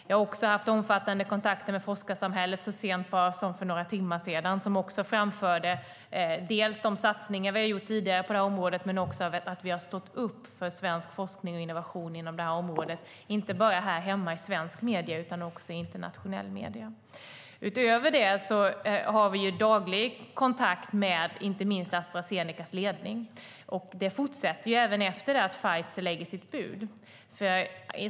Jag har också haft omfattande kontakter med forskarsamhället, så sent som för bara några timmar sedan, och redogjort för de satsningar vi har gjort tidigare på det här området. Vi har stått upp för svensk forskning och innovation inom området, inte bara här hemma i svenska medier utan också i internationella medier. Därutöver har vi daglig kontakt med Astra Zenecas ledning, och den fortsätter även efter det att Pfizer lägger sitt bud.